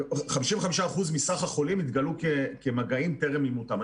55% מסך החולים התגלו כמגעים טרם אימותם.